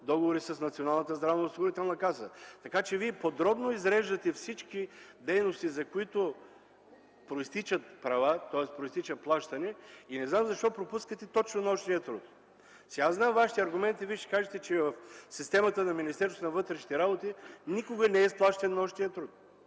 договори с Националната здравноосигурителна каса. Така че вие подробно изреждате всички дейности, за които произтичат права, т.е. произтича плащане, и не зная защо пропускате точно нощния труд. Аз зная вашите аргументи: вие ще кажете, че в системата на Министерството на вътрешните работи никога не е изплащан нощен труд.